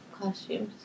costumes